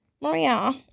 maria